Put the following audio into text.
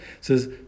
Says